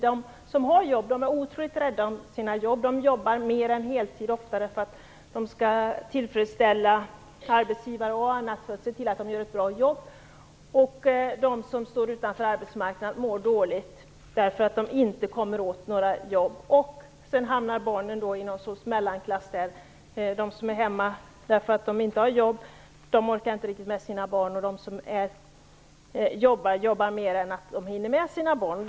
De som har jobb är otroligt rädda om dem. De jobbar ofta mer än heltid för att tillfredsställa arbetsgivaren och se till att de gör ett bra jobb. De som står utanför arbetsmarknaden mår dåligt därför att de inte kommer åt några jobb. Barnen hamnar i någon sorts mellanklass: De föräldrar som är hemma för att de inte har jobb orkar inte riktigt med sina barn, och de som har jobb jobbar så mycket att de inte hinner med sina barn.